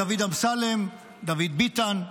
דוד אמסלם, דוד ביטן,